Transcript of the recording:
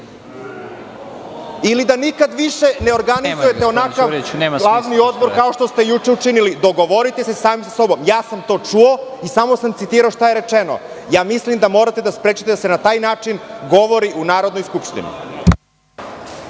da nikad više ne organizujete onakav glavni odbor kao što ste juče učinili. Dogovorite se sami sa sobom. Ja sam to čuo i samo sam citirao šta je rečeno. Mislim da morate da sprečite da se na taj način govori u Narodnoj skupštini.